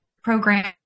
program